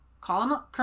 Colonel